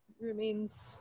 remains